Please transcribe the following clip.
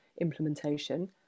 implementation